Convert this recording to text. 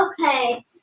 Okay